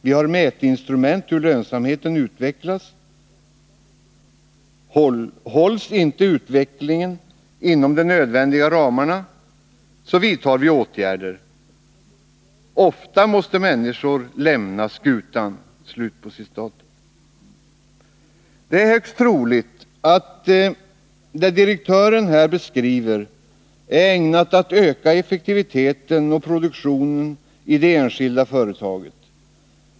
Vi har mätinstrument för hur lönsamheten utvecklas. Hålls inte utvecklingen inom de nödvändiga ramarna vidtar vi åtgärder. Ofta måste människor ”lämna skutan”. Det är högst troligt att det direktören här beskriver är ägnat att öka effektivitet och produktion i det enskilda företaget.